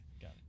Got